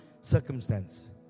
circumstance